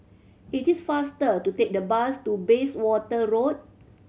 it is faster to take the bus to Bayswater Road